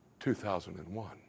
2001